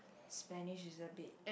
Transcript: Spanish is a bit